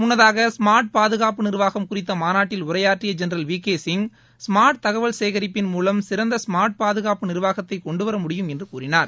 முன்னதாக ஸ்மார்ட் பாதுகாப்பு நிர்வாகம் குறித்த மாநாட்டில் உரையாற்றிய general V K Singh smart தகவல் சேகரிப்பின் மூலம் சிறந்த ஸ்மார்ட் பாதுகாப்பு நிர்வாகத்தை கொண்டுவர முடியும் என்று கூறினார்